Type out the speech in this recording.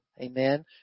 Amen